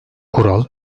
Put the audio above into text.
kural